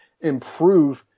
improve